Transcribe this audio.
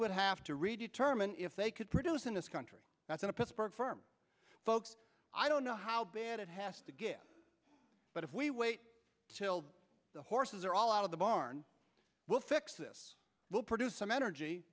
would have to redo turman if they could produce in this country that's in a pittsburgh firm folks i don't know how bad it has to get but if we wait till the horses are all out of the barn we'll fix this we'll produce some energy